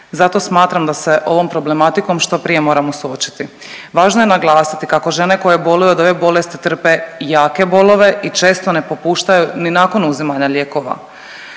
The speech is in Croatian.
Zato smatram da se ovom problematikom što prije moramo suočiti. Važno je naglasiti kako žene koje boluju od ove bolesti trpe jake bolove i često ne popuštaju ni nakon uzimanja lijekova.